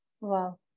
Wow